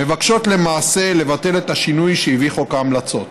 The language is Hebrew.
מבקשות למעשה לבטל את השינוי שהביא חוק ההמלצות.